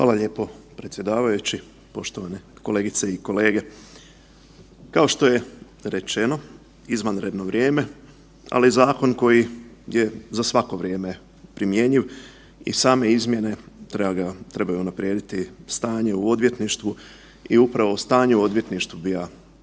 Hvala lijepo predsjedavajući, poštovane kolegice i kolege. Kao što je rečeno izvanredno vrijeme, ali zakon koji je za svako vrijeme primjenjiv i same izmjene trebaju unaprijediti stanje u odvjetništvu i upravo o stanje u odvjetništvu bi ja govorio.